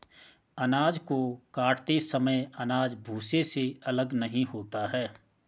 अनाज को काटते समय अनाज भूसे से अलग नहीं होता है